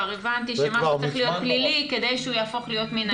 כבר הבנתי שמשהו צריך להיות פלילי כדי שהוא יהפוך להיות מנהלי.